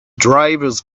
drivers